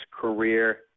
career